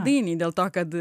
vien dėl to kad